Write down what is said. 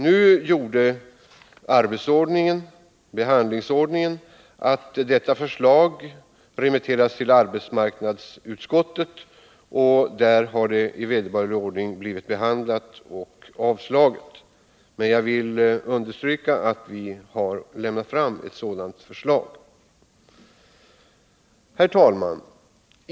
Nu gjorde behandlingsordningen att detta förslag remitterades till arbetsmarknadsutskottet, och där har det i vederbörlig ordning blivit behandlat och avstyrkt. Jag vill emellertid understryka att vi har lagt fram ett sådant förslag. Herr talman!